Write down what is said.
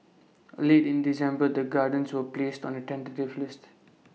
later in December the gardens was placed on A tentative list